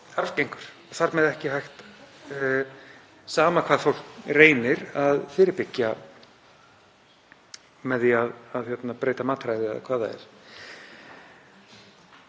arfgengur og þar með er ekki hægt, sama hvað fólk reynir, að fyrirbyggja þá með því að breyta matarræði eða hvað það er.